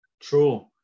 true